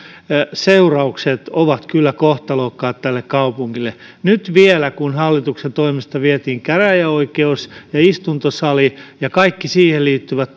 seuraukset ovat kyllä kohtalokkaat tälle kaupungille nyt vielä kun hallituksen toimesta vietiin käräjäoikeus ja istuntosali ja kaikki siihen liittyvät